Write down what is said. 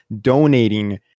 donating